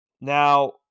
Now